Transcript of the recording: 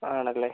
ആണല്ലേ